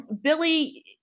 Billy